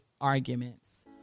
arguments